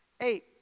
Eight